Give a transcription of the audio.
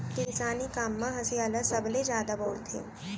किसानी काम म हँसिया ल सबले जादा बउरथे